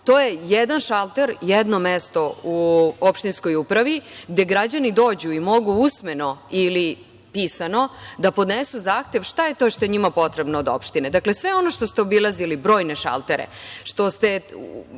To je jedan šalter, jedno mesto u opštinskoj upravi gde građani dođu i mogu usmeno ili pisano da podnesu zahtev šta je to što je njima potrebno od opštine. Dakle, sve ono što ste obilazili, brojne šaltere, što ste